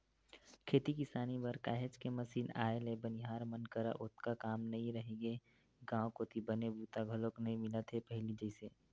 खेती किसानी बर काहेच के मसीन आए ले बनिहार मन करा ओतका काम नइ रहिगे गांव कोती बने बूता घलोक नइ मिलत हे पहिली जइसे